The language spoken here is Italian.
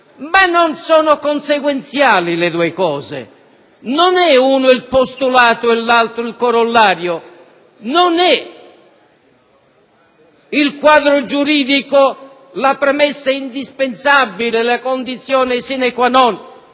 non sono conseguenziali, non è uno il postulato e l'altro il corollario, non è il quadro giuridico premessa indispensabile, la condizione *sine qua non*